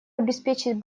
обеспечить